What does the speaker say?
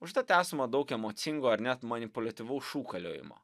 užtat esama daug emocingo ar net manipuliatyvaus šūkaliojimo